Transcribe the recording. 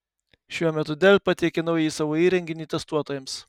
šiuo metu dell pateikė naująjį savo įrenginį testuotojams